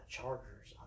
Chargers